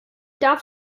darf